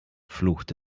fluchte